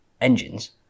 Engines